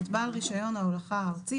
את בעל רישיון ההולכה הארצי,